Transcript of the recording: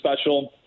special